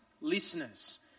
listeners